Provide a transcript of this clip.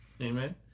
Amen